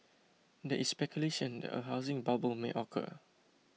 there is speculation that a housing bubble may occur